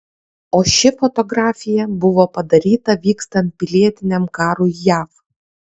o ši fotografija buvo padaryta vykstant pilietiniam karui jav